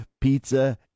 pizza